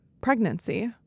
pregnancy